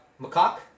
macaque